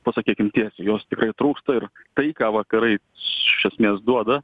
pasakykim tiesiai jos tikrai trūksta ir tai ką vakarai iš esmės duoda